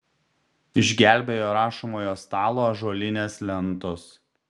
išgelbėjo rašomojo stalo ąžuolinės lentos